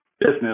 business